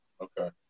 Okay